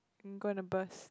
I'm gonna burst